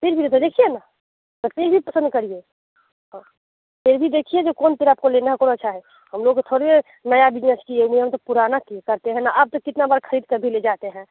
फिर भी तो देखिए ना तो फिर भी पसंद करिए फिर भी देखिए जो कौन फिर आपको लेने को अच्छा है हम लोग थोड़ी नया बिज़नेस किए हुए हैं हम तो पुराना करते हैं न आप तो कितना बार खरीदकर भी ले जाते हैं